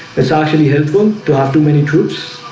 it's actually helpful to have too many troops